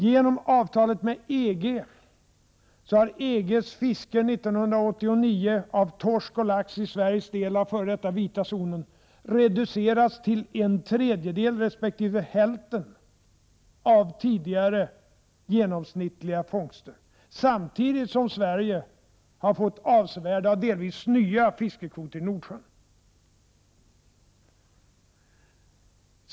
Genom avtalet med EG har EG:s fiske år 1989 av torsk och lax i Sveriges del av den f.d. ”vita zonen” reducerats till en tredjedel resp. hälften av tidigare genomsnittliga fångster, samtidigt som Sverige fått avsevärda och delvis nya fiskekvoter i Nordsjön.